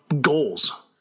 goals